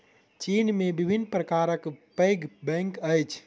चीन में विभिन्न प्रकारक पैघ बैंक अछि